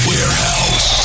Warehouse